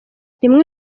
rimwe